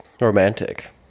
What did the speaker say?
romantic